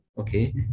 Okay